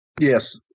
Yes